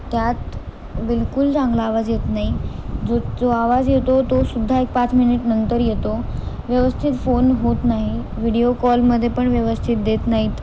त्यात बिलकुल चांगला आवाज येत नाही जो जो आवाज येतो तो सुुद्धा एक पाच मिनिट नंतर येतो व्यवस्थित फोन होत नाही व्हिडिओ कॉलमध्ये पण व्यवस्थित देत नाहीत